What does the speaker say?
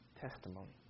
testimony